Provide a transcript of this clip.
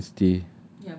house that he can stay